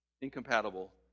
Incompatible